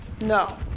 no